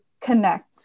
connect